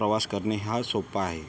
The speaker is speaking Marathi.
प्रवास करणे हा सोपा आहे